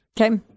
Okay